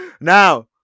Now